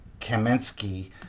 Kaminsky